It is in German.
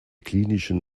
klinischen